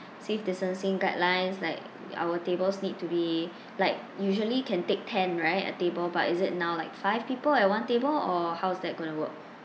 safe distancing guidelines like our tables need to be like usually can take ten right a table but is it now like five people at one table or how is that going to work